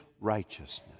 righteousness